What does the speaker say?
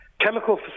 chemical